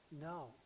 no